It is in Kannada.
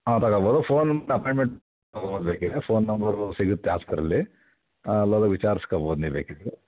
ಹಾಂ ತೊಗೋಬೋದು ಫೋನ್ ಮಾಡಿ ಅಪಾಂಯ್ಟ್ಮೆಂಟ್ ತಗೋಬೋದು ಬೇಕಿದ್ದರೆ ಫೋನ್ ನಂಬರು ಸಿಗುತ್ತೆ ಹಾಂ ಅಲ್ಲೋದರೆ ವಿಚಾರ್ಸ್ಕೋಬೋದು ನೀವು ಬೇಕಿದ್ದರೆ